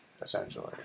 essentially